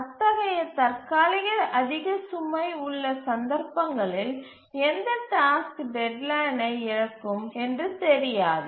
அத்தகைய தற்காலிக அதிக சுமை உள்ள சந்தர்ப்பங்களில் எந்த டாஸ்க் டெட்லைனை இழக்கும் என்று தெரியாது